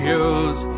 use